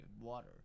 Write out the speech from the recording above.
water